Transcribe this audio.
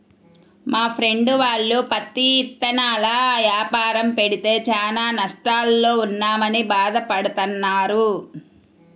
మా ఫ్రెండు వాళ్ళు పత్తి ఇత్తనాల యాపారం పెడితే చానా నష్టాల్లో ఉన్నామని భాధ పడతన్నారు